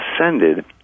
ascended